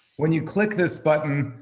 when you click this button,